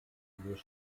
diese